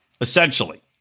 essentially